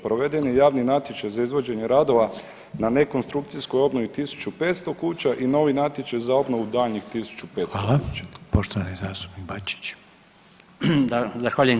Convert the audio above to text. Proveden je javni natječaj za izvođenje radova na nekonstrukcijskoj obnovi 1.500 kuća i novi natječaj za obnovu daljnjih 1.500 kuća.